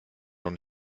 noch